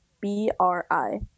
B-R-I